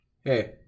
Hey